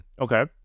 okay